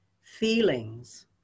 feelings